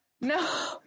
no